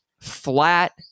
flat